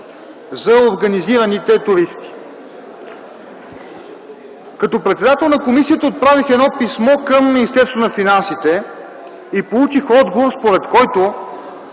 за организираните туристи. Като председател на комисията отправих едно писмо към Министерството на финансите и получих отговор, според който